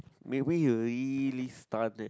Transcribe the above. make me uh really stun eh